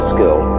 Skill